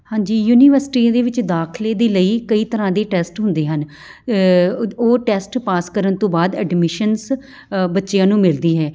ਹਾਂਜੀ ਯੂਨੀਵਰਸਿਟੀ ਦੇ ਵਿੱਚ ਦਾਖਲੇ ਦੇ ਲਈ ਕਈ ਤਰ੍ਹਾਂ ਦੇ ਟੈਸਟ ਹੁੰਦੇ ਹਨ ਉਹ ਟੈਸਟ ਪਾਸ ਕਰਨ ਤੋਂ ਬਾਅਦ ਐਡਮਿਸ਼ਨਸ ਬੱਚਿਆਂ ਨੂੰ ਮਿਲਦੀ ਹੈ